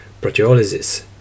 proteolysis